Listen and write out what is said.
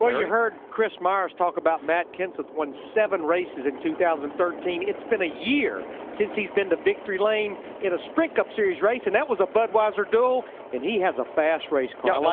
but you heard chris meyers talk about matt kenseth won seven races in two thousand and thirteen. it's been a year since he's been to victory lane in a sprint cup series race. and that was a budweiser duel and he has a fast race car. like